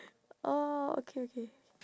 oh okay okay